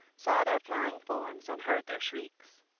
saw their flying forms and heard their shrieks.